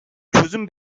çözüm